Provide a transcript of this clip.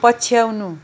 पछ्याउनु